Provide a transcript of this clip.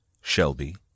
Shelby